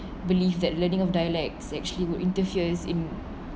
believe that learning of dialects actually would interferes in